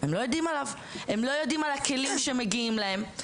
הם לא יודעים על הכלים שמגיעים להם.